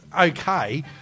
okay